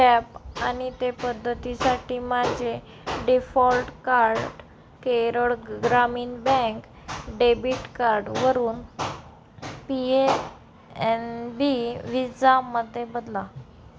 tap आणि pay पद्धतीसाठी माझे default card Kerala Gramin bank debit कार्डवरून पी ए एन बी व्हिजामध्ये बदला